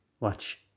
Watch